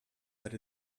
that